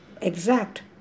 exact